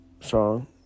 song